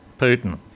Putin